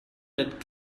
that